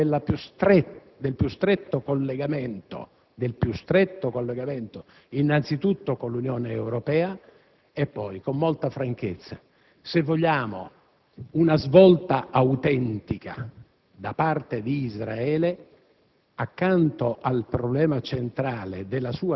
Il Governo italiano si deve muovere nel quadro del più stretto collegamento, innanzitutto con l'Unione Europea e poi - con molta franchezza - se vogliamo una svolta autentica da parte di Israele,